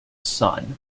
sun